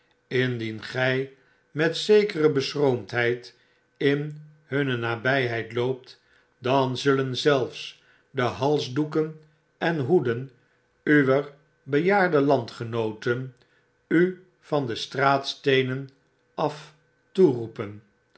indien g met zekere beschroomdheid in hunne nabijheid loopt dan zullen zelfs de halsdoeken en hoeden uwer bejaarde landgenooten u van de straatsteenen af toeroepen